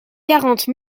quarante